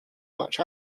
much